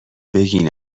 بگین